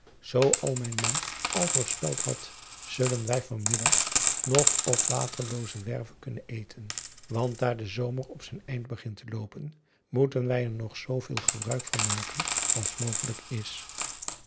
als mijn man al voorspeld had zullen wij van middag nog op aterloozewerve kunnen eten want daar de zomer op zijn eind begint te loopen moeten wij er nog zoo veel gebruik van maken als mogelijk is